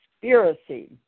Conspiracy